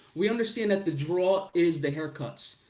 we understand that the draw is the haircuts.